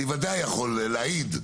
אני ודאי יכול להעיד,